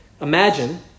Imagine